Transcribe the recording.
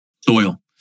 soil